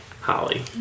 Holly